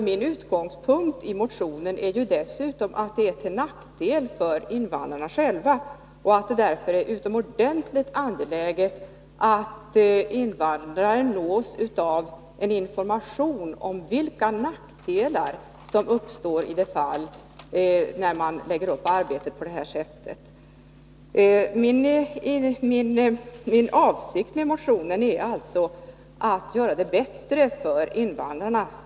Min utgångspunkt i motionen är dessutom att detta utnyttjande av familjen är till nackdel för invandraren själv och att det därför är utomordentligt angeläget att invandraren nås av information om vilka nackdelar som uppstår, när man lägger upp arbetet på detta sätt. Min avsikt med motionen är ju alltså att göra det bättre för invandrarna.